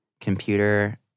Computer